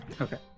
Okay